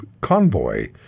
convoy